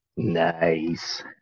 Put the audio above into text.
Nice